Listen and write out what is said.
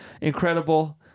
incredible